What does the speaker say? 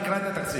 תקרא את התקציב,